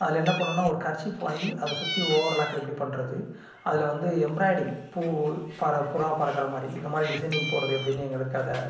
அதில்என்ன பண்ணோம்னா ஒரு கர்சீஃப் வாங்கி அதை சுற்றி ஓவர்லாக் எப்படி பண்ணுறது அதில் வந்து எம்ப்ராய்டிங் பூ பற புறா பறக்கிற மாதிரி இது மாதிரி டிசைனிங் போடுறது எப்படின்னு எங்களுக்கு அதை